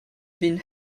been